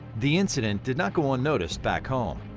the incident did not go unnoticed back home.